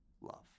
love